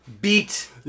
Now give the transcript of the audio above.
beat